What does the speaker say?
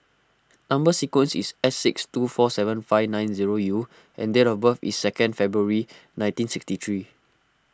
Number Sequence is S six two four seven five nine zero U and date of birth is second February nineteen sixty three